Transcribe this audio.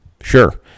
Sure